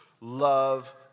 Love